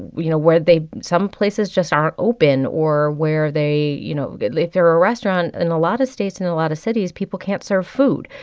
you know, where they some places just aren't open or where they, you know if they're a restaurant, in a lot of states and a lot of cities, people can't serve food,